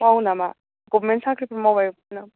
मावो नामा गर्वमेन साख्रिफोर माबाय नामा